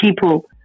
people